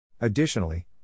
Additionally